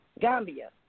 Gambia